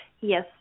yes